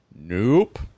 nope